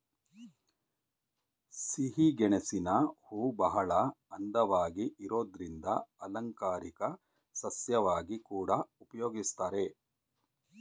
ಸಿಹಿಗೆಣಸಿನ ಹೂವುಬಹಳ ಅಂದವಾಗಿ ಇರೋದ್ರಿಂದ ಅಲಂಕಾರಿಕ ಸಸ್ಯವಾಗಿ ಕೂಡಾ ಉಪಯೋಗಿಸ್ತಾರೆ